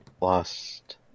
lost